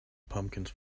pumpkins